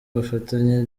ubufatanye